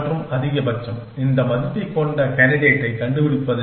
மற்றும் அதிகபட்சம் இந்த மதிப்பைக் கொண்ட கேண்டிடேட் ஐக் கண்டுபிடிப்பது